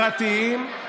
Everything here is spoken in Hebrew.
גם דיור ציבורי, פרטיים.